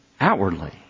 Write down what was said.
outwardly